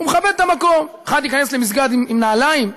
הוא מכבד את המקום, אחד ייכנס למסגד עם נעליים?